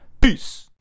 Peace